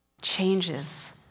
changes